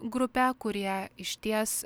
grupe kurie išties